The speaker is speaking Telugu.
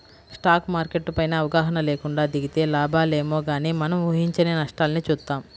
స్టాక్ మార్కెట్టు పైన అవగాహన లేకుండా దిగితే లాభాలేమో గానీ మనం ఊహించని నష్టాల్ని చూత్తాం